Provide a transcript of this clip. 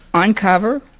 on cover,